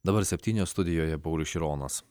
dabar septynios studijoje paulius šironas